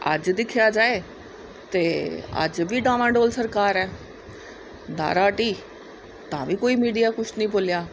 अज्ज दिक्खेआ जाए ते अज्ज बी डामां डोल सरकार ऐ धारा हटी तां बी कोई मिडिया कुछ नेई बोलेआ